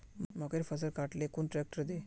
मकईर फसल काट ले कुन ट्रेक्टर दे?